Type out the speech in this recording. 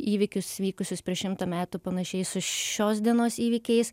įvykius vykusius prieš šimtą metų panašiai su šios dienos įvykiais